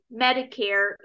Medicare